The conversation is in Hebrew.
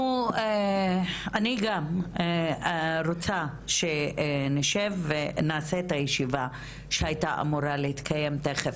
אני גם רוצה שנשב ונעשה את הישיבה שהייתה אמורה להתקיים תכף,